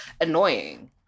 annoying